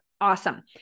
awesome